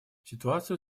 ситуацию